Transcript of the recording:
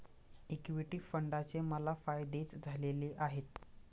equity फंडाचे मला फायदेच झालेले आहेत